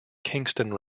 kingston